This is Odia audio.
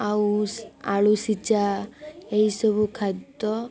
ଆଉ ଆଳୁ ସିଝା ଏହିସବୁ ଖାଦ୍ୟ